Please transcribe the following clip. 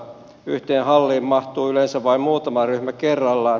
yhteen halliin mahtuu yleensä vain muutama ryhmä kerrallaan